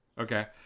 Okay